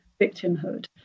victimhood